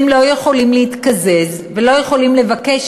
הן לא יכולות להתקזז ולא יכולות לבקש